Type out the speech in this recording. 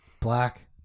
black